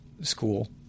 school